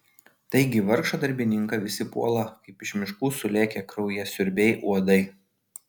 taigi vargšą darbininką visi puola kaip iš miškų sulėkę kraujasiurbiai uodai